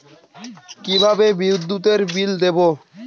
কিভাবে বিদ্যুৎ বিল দেবো?